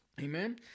Amen